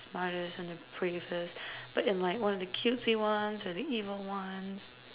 smartest and the bravest but in like one of the cutesy ones or the evil ones